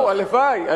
זהו, הלוואי.